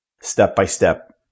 step-by-step